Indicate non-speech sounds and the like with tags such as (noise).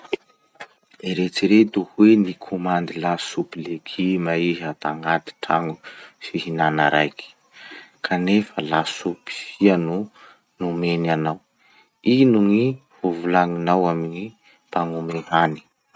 Eritsereto hoe nikomandy lasopy leguma iha tagnaty tragno (noise) fihinana raiky, (noise) kanefa lasopy fia (noise) no nomeny anao. Ino gny hovolagninao amy gny mpagnome hany?